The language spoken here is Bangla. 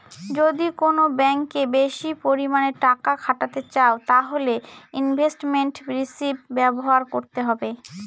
যদি কোন ব্যাঙ্কে বেশি পরিমানে টাকা খাটাতে চাও তাহলে ইনভেস্টমেন্ট রিষিভ ব্যবহার করতে হবে